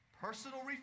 Personal